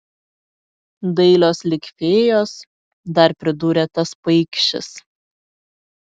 dailios lyg fėjos dar pridūrė tas paikšis